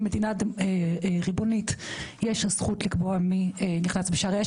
כי למדינה ריבונית יש הזכות לקבוע מי נכנס בשעריה.